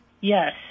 Yes